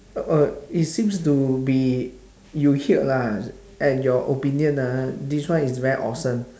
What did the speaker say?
uh it seems to be you heard lah and your opinion ah this one is very awesome